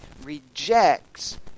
rejects